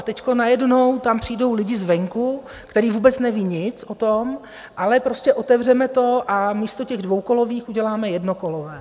A teď najednou tam přijdou lidi zvenku, kteří vůbec nevědí nic o tom, ale prostě otevřeme to a místo těch dvoukolových uděláme jednokolové.